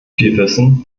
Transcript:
wissen